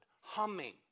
humming